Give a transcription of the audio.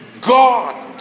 God